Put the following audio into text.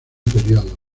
periodo